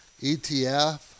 ETF